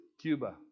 Cuba